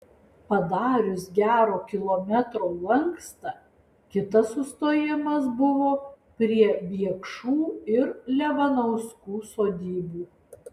padarius gero kilometro lankstą kitas sustojimas buvo prie biekšų ir levanauskų sodybų